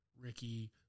ricky